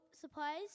supplies